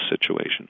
situation